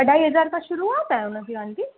अढाई हज़ार खां शुरूआत आर उनजी आंटी